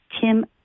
Tim